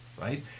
right